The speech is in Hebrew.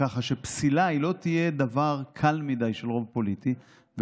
ככה שפסילה לא תהיה דבר קל מדי של רוב פוליטי,